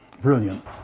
brilliant